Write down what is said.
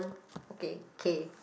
okay K